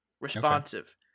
responsive